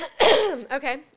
Okay